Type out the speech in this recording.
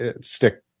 stick